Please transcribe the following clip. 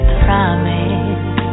promise